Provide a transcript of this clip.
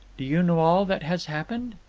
do you know all that has happened?